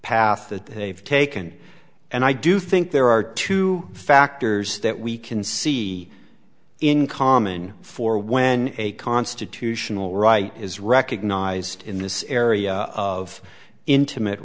path that they've taken and i do think there are two factors that we can see in common for when a constitutional right is recognized in this area of intimate